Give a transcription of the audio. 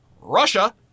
Russia